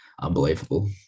unbelievable